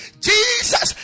Jesus